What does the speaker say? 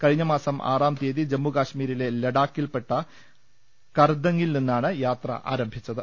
കഴിഞ്ഞ മാസം ആറാം തീയതി ജമ്മുകശ്മീരിലെ ലഡാ ക്കിൽപ്പെട്ട കർദംഗിൽ നിന്നാണ് യാത്ര ആരംഭിച്ചത്